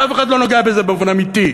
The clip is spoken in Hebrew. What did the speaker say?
כי אף אחד לא נוגע בזה באופן אמיתי.